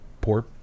poor